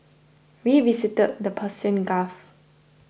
we visited the Persian Gulf